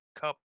Cup